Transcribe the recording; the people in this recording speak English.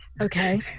Okay